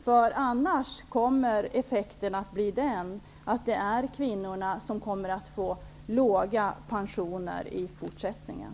I annat fall kommer kvinnorna att få låga pensioner även i fortsättningen.